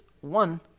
one